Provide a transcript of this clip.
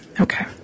Okay